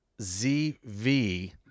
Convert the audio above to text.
ZV